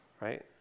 right